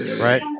right